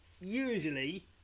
Usually